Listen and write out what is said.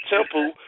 Temple